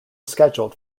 scheduled